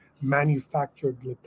manufactured